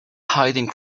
hiding